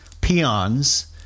peons